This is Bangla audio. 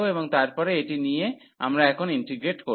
এবং তারপরে এটি নিয়ে আমরা এখন ইন্টিগ্রেট করব